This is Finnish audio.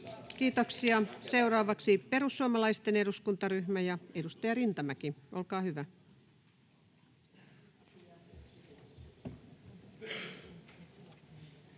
Kiitoksia. — Seuraavaksi perussuomalaisten eduskuntaryhmä ja edustaja Rintamäki. Olkaa hyvä.